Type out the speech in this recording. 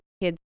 kids